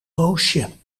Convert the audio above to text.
roosje